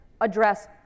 address